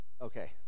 Okay